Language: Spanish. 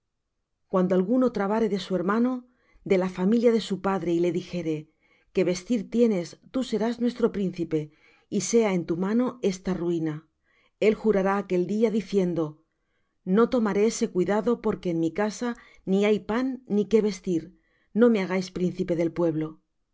cuando alguno trabare de su hermano de la familia de su padre y le dijere que vestir tienes tú serás nuestro príncipe y sea en tu mano esta ruina el jurará aquel día diciendo no tomaré ese cuidado porque en mi casa ni hay pan ni qué vestir no me hagáis príncipe del pueblo